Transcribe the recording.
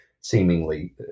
seemingly